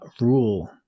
rule